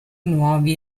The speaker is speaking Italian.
nuovi